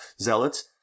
zealots